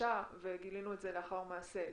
פשע וגילינו את זה לאחר מעשה.